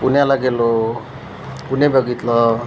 पुण्याला गेलो पुणे बघितलं